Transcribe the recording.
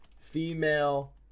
female